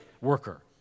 worker